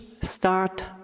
start